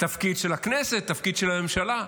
התפקיד של הכנסת, התפקיד של הממשלה.